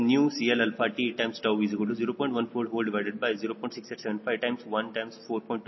428 ಈಗ CmCLwCmaf VHCLt1 ನಾವು ಈಗಾಗಲೇ ನೋಡಿರುವ ಹಾಗೆ 𝐶Lαw ಮೌಲ್ಯವು 4